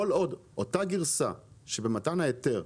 אותו רציונל גם קיים בהיבט של הכיסוי הנזיקי.